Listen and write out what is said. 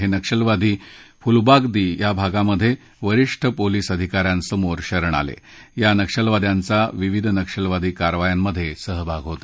हविक्षलवादी फुलबागदी भागात वरिष्ठ पोलीस अधिकाऱ्यांसमोर शरण आल बा नक्षलवाद्यांचा विविध नक्षलवादी कारवायांमध्यसिहभाग होता